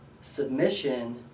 submission